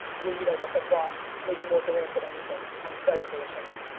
lou you know, this i've bought maybe more durant than anything. i'm very bullish on him.